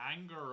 anger